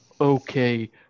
Okay